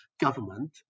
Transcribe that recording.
government